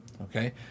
Okay